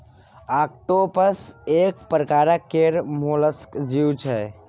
octopus एक परकार केर मोलस्क जीव छै